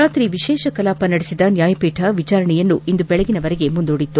ರಾತ್ರಿ ವಿಶೇಷ ಕಲಾಪ ನಡೆಸಿದ ನ್ವಾಯಪೀಠ ವಿಚಾರಣೆಯನ್ನು ಇಂದು ಬೆಳಗಿನವರೆಗೆ ಮುಂದೂಡಿತ್ತು